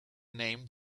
name